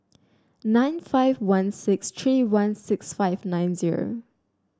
nine five one six three one six five nine zero